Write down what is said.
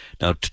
Now